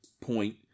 point